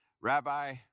Rabbi